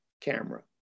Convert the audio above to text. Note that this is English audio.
camera